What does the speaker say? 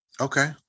Okay